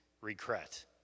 regret